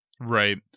Right